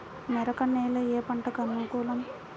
మెరక నేల ఏ పంటకు అనుకూలం?